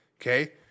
okay